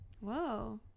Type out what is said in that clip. whoa